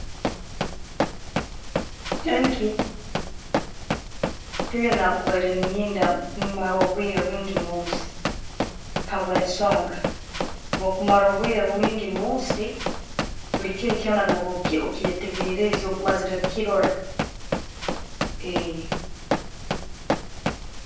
Enki, nakubaire nenyenda mara obwire bwingi munsi habwesonga, bwokumara obwire bwingi munsi bulikimu kyona no'ba okyetegereize omazire kirora.